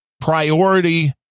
priority